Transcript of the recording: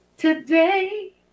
Today